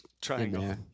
Triangle